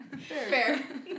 Fair